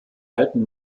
alten